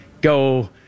go